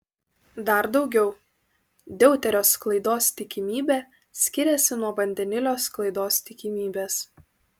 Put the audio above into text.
dar daugiau deuterio sklaidos tikimybė skiriasi nuo vandenilio sklaidos tikimybės